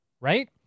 right